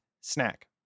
snack